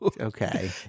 okay